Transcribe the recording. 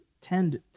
tend